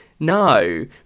No